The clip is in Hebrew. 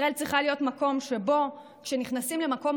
ישראל צריכה להיות מקום שבו כשנכנסים למקומות